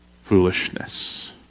foolishness